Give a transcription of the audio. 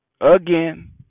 Again